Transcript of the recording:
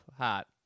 hot